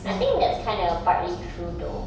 I think that's kind of partly true though